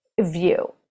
view